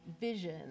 vision